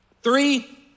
Three